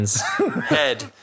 head